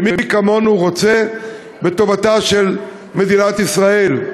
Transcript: ומי כמונו רוצה בטובתה של מדינת ישראל,